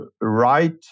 right